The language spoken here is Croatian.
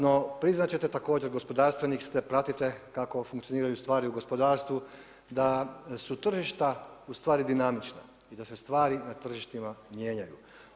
No priznat ćete također gospodarstvenik ste, pratite kako funkcioniraju stvari u gospodarstvu da su tržišta ustvari dinamična i da se stvari na tržištima mijenjaju.